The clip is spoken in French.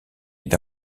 est